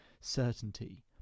certainty